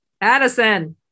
Addison